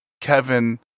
Kevin